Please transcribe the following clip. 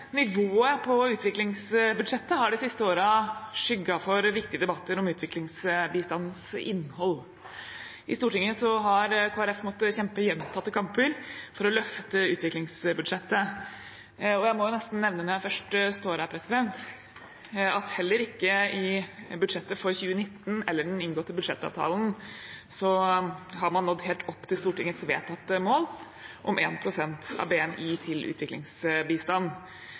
nivået på utviklingsbudsjettet har de siste årene skygget for viktige debatter om utviklingsbistandens innhold. I Stortinget har Kristelig Folkeparti måttet kjempe gjentatte kamper for å løfte utviklingsbudsjettet, og jeg må jo nesten nevne – når jeg først står her – at heller ikke i budsjettet for 2019 eller i den inngåtte budsjettavtalen har man nådd helt opp til Stortingets vedtatte mål om 1 pst. av BNI til utviklingsbistand.